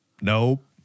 nope